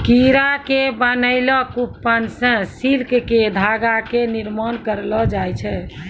कीड़ा के बनैलो ककून सॅ सिल्क के धागा के निर्माण करलो जाय छै